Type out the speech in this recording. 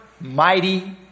Mighty